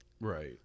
Right